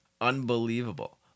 Unbelievable